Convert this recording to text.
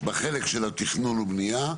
בחלק של התכנון ובנייה,